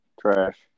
Trash